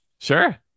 Sure